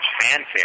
fanfare